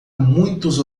muitos